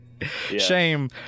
Shame